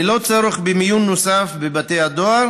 ללא צורך במיון נוסף בבתי הדואר